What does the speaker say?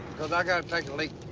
cause i gotta take a leak.